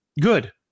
good